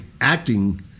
acting